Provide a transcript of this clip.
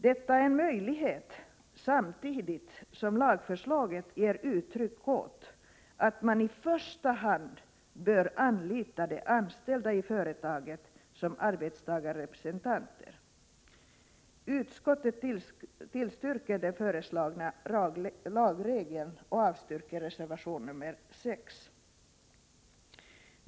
Detta är en möjlighet, samtidigt som lagförslaget ger uttryck åt att man i första hand bör anlita de anställda i företaget som arbetstagarrepresentanter. Utskottet tillstyrker den föreslagna lagregeln och avstyrker reservation 6.